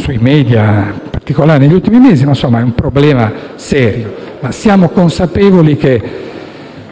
sui media, in particolare negli ultimi mesi. È un problema serio e siamo consapevoli che,